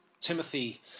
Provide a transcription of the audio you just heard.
Timothy